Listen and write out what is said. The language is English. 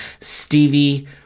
Stevie